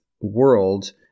world